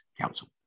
council